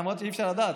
למרות שאי-אפשר לדעת,